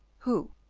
who,